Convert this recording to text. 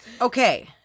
Okay